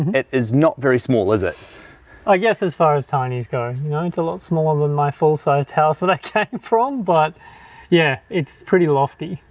it is not very small is it i guess as far as tiny's go, you know, it's a lot smaller than my full-sized house that i came from but yeah, it's pretty lofty.